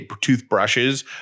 toothbrushes